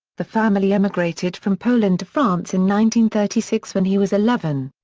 the family emigrated from poland to france in one thirty six when he was eleven.